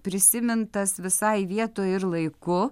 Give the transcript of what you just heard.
prisimintas visai vietoj ir laiku